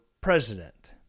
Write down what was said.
president